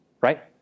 right